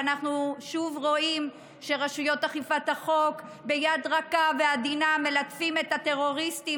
ואנחנו שוב רואים שרשויות אכיפת החוק מלטפות את הטרוריסטים